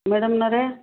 ಮೇಡಮ್ನವ್ರೆ